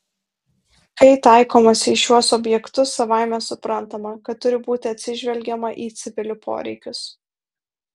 kai taikomasi į šiuos objektus savaime suprantama kad turi būti atsižvelgiama į civilių poreikius